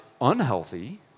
unhealthy